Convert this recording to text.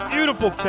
beautiful